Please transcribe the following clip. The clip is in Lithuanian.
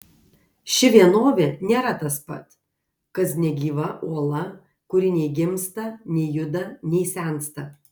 ši vienovė nėra tas pat kas negyva uola kuri nei gimsta nei juda nei sensta